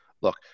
look